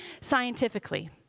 scientifically